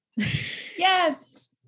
yes